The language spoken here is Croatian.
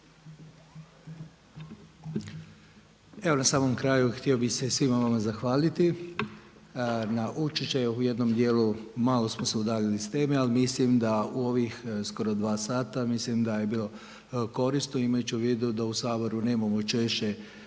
Evo na samom kraju, htio bih se svima vama zahvaliti na učešću. U jednom dijelu malo smo se udaljili od teme ali mislim da u ovih skoro dva sata mislim da je bilo korist imajući u vidu da u Saboru nemamo često